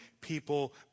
people